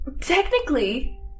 Technically